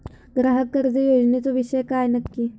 ग्राहक कर्ज योजनेचो विषय काय नक्की?